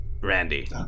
Randy